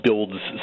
Builds